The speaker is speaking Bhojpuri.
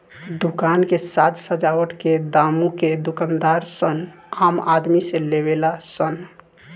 दुकान के साज सजावट के दामो के दूकानदार सन आम आदमी से लेवे ला सन